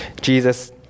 Jesus